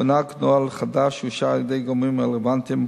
הונהג נוהל חדש שאושר על-ידי הגורמים הרלוונטיים,